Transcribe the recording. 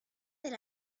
del